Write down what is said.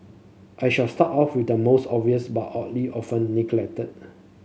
I shall start off with the most obvious but oddly often neglected